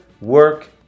work